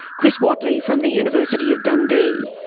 chris whatley from the university of dundee.